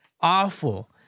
awful